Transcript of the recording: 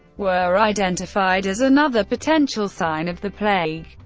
were identified as another potential sign of the plague.